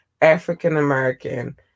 African-American